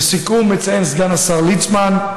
לסיכום, מציין סגן השר ליצמן,